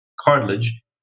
cartilage